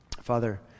Father